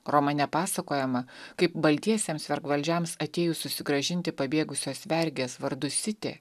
romane pasakojama kaip baltiesiems vergvaldžiams atėjus susigrąžinti pabėgusios vergės vardu siti